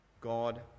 God